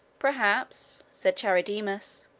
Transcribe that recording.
perhaps, said charidemus,